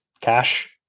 cash